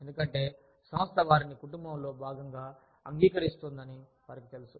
ఎందుకంటే సంస్థ వారిని కుటుంబంలో భాగంగా అంగీకరిస్తోందని వారికి తెలుసు